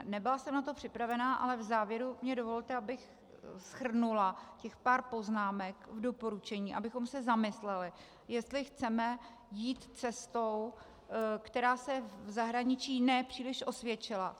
Nebyla jsem na to připravena, ale v závěru mi dovolte, abych shrnula těch pár poznámek, doporučení, abychom se zamysleli, jestli chceme jít cestou, která se v zahraničí ne příliš osvědčila.